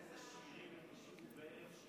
איזה שירים הם ישירו בערב שישי,